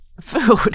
food